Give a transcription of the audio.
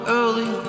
early